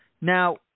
Now